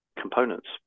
components